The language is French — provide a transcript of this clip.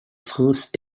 france